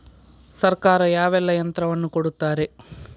ಸರ್ಕಾರ ಯಾವೆಲ್ಲಾ ಯಂತ್ರವನ್ನು ಕೊಡುತ್ತಾರೆ?